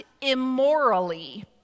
immorally